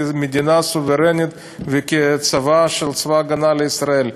כמדינה סוברנית וכצבא שהוא צבא ההגנה לישראל.